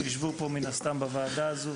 שיישבו מן הסתם בוועדה הזו,